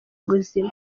buzima